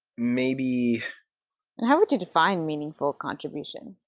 maybe how would you define meaningful contribution?